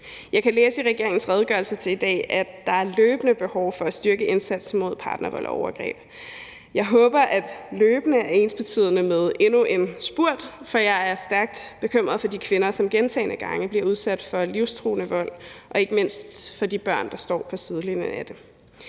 Jeg kan læse i regeringens redegørelse til i dag, at der løbende er behov for at styrke indsatsen mod partnervold og overgreb. Jeg håber, at »løbende« er ensbetydende med endnu en spurt, for jeg er stærkt bekymret for de kvinder, som gentagne gange bliver udsat for livstruende vold, og ikke mindst for de børn, der står på sidelinjen af det.